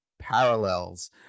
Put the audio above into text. parallels